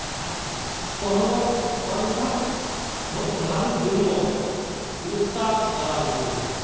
सोहानोक बंधक धोकधारी जुर्मोत गिरफ्तार कराल गेल